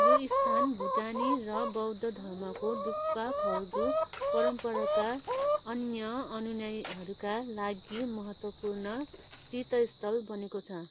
यो स्थान भुटानी र बौद्ध धर्मको डुक्पा खर्गु परम्पराका अन्य अनुयायीहरूका लागि महत्त्वपूर्ण तीर्थस्थल बनेको छ